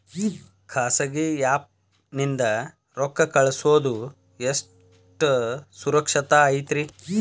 ಖಾಸಗಿ ಆ್ಯಪ್ ನಿಂದ ರೊಕ್ಕ ಕಳ್ಸೋದು ಎಷ್ಟ ಸುರಕ್ಷತಾ ಐತ್ರಿ?